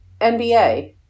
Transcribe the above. NBA